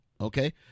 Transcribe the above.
Okay